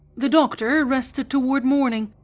the doctor rested toward morning,